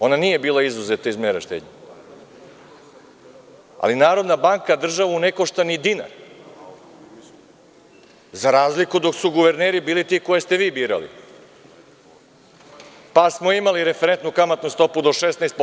Ona nije bila izuzeta iz mera štednje, ali Narodna banka državu ne košta ni dinar, za razliku dok su guverneri ti koje ste vi birali, pa smo imali referentnu kamatnu stopu do 16%